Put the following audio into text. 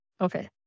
Okay